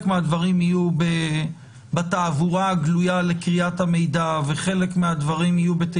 מהדברים יהיו בתעבורה הגלויה לקריאת המידע וחלק מהדברים יהיו...